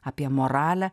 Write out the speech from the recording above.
apie moralę